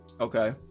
Okay